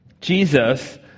Jesus